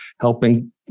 helping